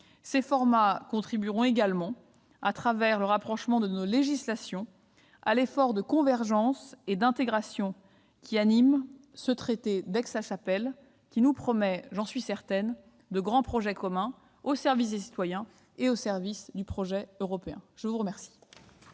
Ces formats contribueront également, à travers le rapprochement de nos législations, à l'effort de convergence et d'intégration qui anime ce traité d'Aix-la-Chapelle, lequel nous promet, j'en suis certaine, de grands projets communs au service des citoyens et au service du projet européen. La parole